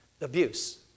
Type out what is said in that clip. abuse